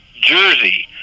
jersey